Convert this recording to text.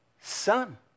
son